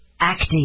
active